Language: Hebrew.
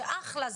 שאחלה,